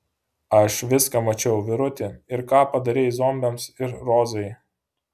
aš viską mačiau vyruti ir ką padarei zombiams ir rozai